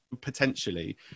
potentially